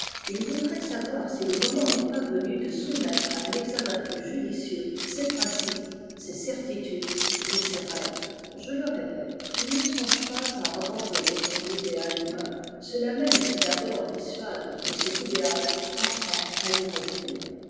il voudrait savoir si le moment n'est pas venu c soumettre à un examen plus judicieux s principes ses certitudes et ses rêves je le répète il ne songe pas à abandonner i son idéal humain cela même qui d'abord dis suâde de cet idéal apprend à y revenir